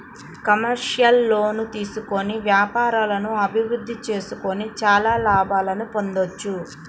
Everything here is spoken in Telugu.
కమర్షియల్ లోన్లు తీసుకొని వ్యాపారాలను అభిరుద్ధి చేసుకొని చానా లాభాలను పొందొచ్చు